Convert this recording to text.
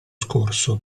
scorso